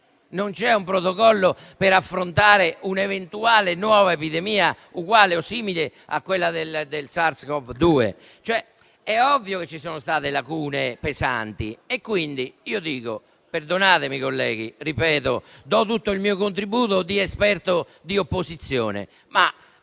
non c'è un protocollo per affrontare un'eventuale nuova epidemia, uguale o simile a quella del SARS-CoV-2. È ovvio che ci sono state lacune pesanti. Quindi, colleghi, do tutto il mio contributo di esperto di opposizione, ma